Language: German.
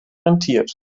rentiert